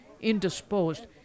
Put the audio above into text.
indisposed